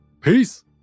peace